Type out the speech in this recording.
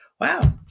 wow